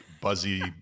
buzzy